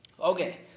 Okay